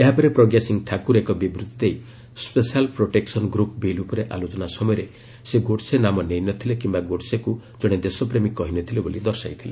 ଏହାପରେ ପ୍ରଜ୍ଞାସିଂହ ଠାକୁର ଏକ ବିବୃତ୍ତି ଦେଇ ସ୍କେଶାଲ୍ ପ୍ରୋଟେକ୍ସନ୍ ଗ୍ରୁପ୍ ବିଲ୍ ଉପରେ ଆଲୋଚନା ସମୟରେ ସେ ଗୋଡସେ ନାମ ନେଇନଥିଲେ କିମ୍ବା ଗୋଡସେକ୍ତ କଣେ ଦେଶପ୍ରେମୀ କହିନଥିଲେ ବୋଲି ଦର୍ଶାଇଥିଲେ